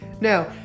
Now